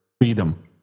freedom